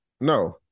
No